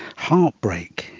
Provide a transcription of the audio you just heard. heartbreak,